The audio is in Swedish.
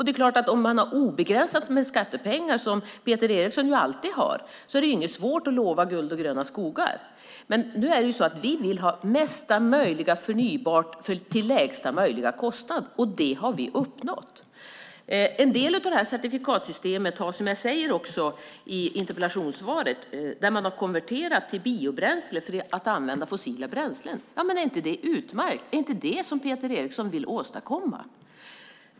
Det är klart att om man har obegränsat med skattepengar, som ju Peter Eriksson alltid har, är det inte svårt att lova guld och gröna skogar. Men vi vill ha mest möjliga förnybart till lägsta kostnad, och det har vi uppnått. En del av certifikatsystemet har också, som jag säger i interpellationssvaret, lett till att man konverterat till biobränslen i stället för att använda fossila bränslen. Är inte det utmärkt? Är det inte vad Peter Eriksson vill åstadkomma?